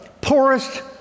poorest